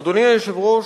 אדוני היושב-ראש,